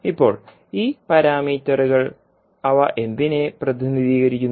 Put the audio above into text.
ഇപ്പോൾ ഈ പാരാമീറ്ററുകൾ അവ എന്തിനെ പ്രതിനിധീകരിക്കുന്നു